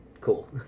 Cool